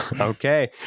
Okay